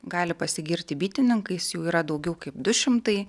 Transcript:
gali pasigirti bitininkais jų yra daugiau kaip du šimtai